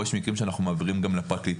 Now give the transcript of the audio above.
יש מקרים שאנחנו מעבירים גם לפרקליטות.